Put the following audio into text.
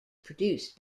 produced